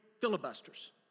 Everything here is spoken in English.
filibusters